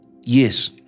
yes